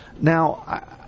Now